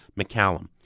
McCallum